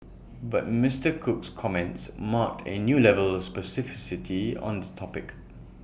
but Mister Cook's comments marked A new level of specificity on the topic